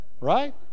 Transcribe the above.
Right